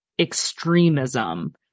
extremism